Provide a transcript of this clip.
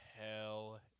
hell